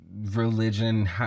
religion